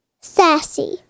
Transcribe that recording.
Sassy